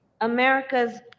America's